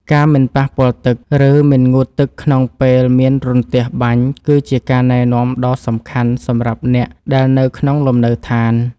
ការមិនប៉ះពាល់ទឹក ឬមិនងូតទឹកក្នុងពេលមានរន្ទះបាញ់គឺជាការណែនាំដ៏សំខាន់សម្រាប់អ្នកដែលនៅក្នុងលំនៅដ្ឋាន។